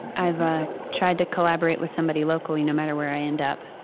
i've ah tried to collaborate with somebody locally, no matter where i end up.